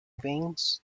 wings